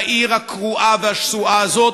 בעיר הקרועה והשסועה הזאת,